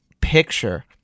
picture –